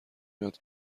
یاد